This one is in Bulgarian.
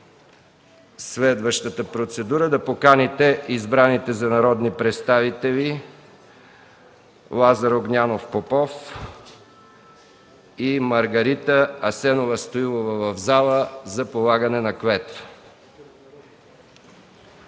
следващата процедура – да поканите избраните за народни представители Лазар Огнянов Попов и Маргарита Асенова Стоилова в пленарната зала за полагане на клетва.